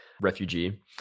refugee